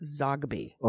Zogby